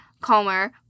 calmer